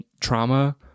trauma